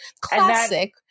classic